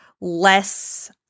less